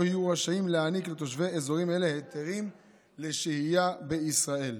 לא יהיו רשאים להעניק לתושבי אזורים אלה היתרים לשהייה בישראל.